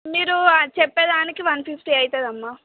మీరు చెప్పేదానికి one fifty అవుతుంది అమ్మ